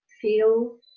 feel